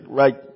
right